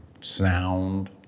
Sound